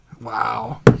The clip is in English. Wow